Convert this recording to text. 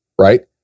right